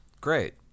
Great